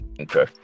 Okay